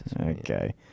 okay